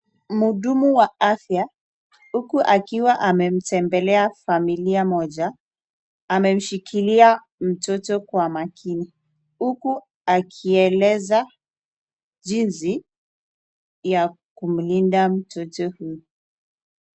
Mhudumu wa afya, huku akiwa ametembelea familia moja, amemshikilia mtoto kwa makini. Huku akieleza jinsi ya kumlinda mtoto huyu.